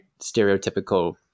stereotypical